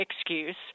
excuse